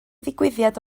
ddigwyddiad